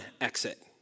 exit